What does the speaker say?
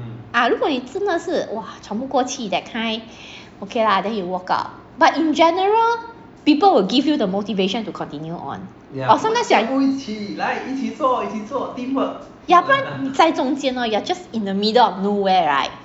啊如果你真的是 !wah! 喘不过气 that kind then okay lah then you walk out but in general people will give you the motivation to continue on or sometimes you're ya 不然你在中间 lor you're just in the middle of nowhere lor right